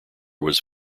was